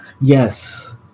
Yes